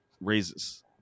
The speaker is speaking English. raises